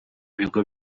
bigo